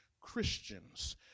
Christians